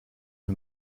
him